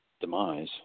demise